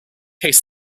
case